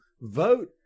vote